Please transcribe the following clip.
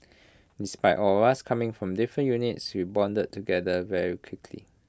despite all of us coming from different units we bonded together very quickly